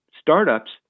startups